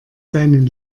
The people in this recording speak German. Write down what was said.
seinen